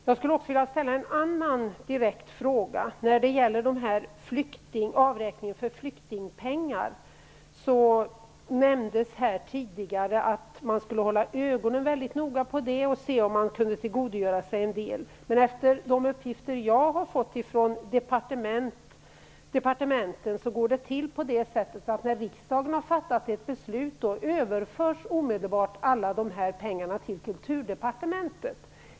Jag skulle också vilja ställa en annan direkt fråga. Det nämndes här tidigare vad gäller avräkningen av flyktingmedel att man noga skulle hålla ögonen på detta och se om man kunde tillgodogöra sig en del. Men enligt de uppgifter som jag har fått från departementen går det till så, att sedan riksdagen har fattat sitt beslut överförs omedelbart alla dessa pengar till Kulturdepartementet.